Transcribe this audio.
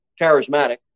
charismatic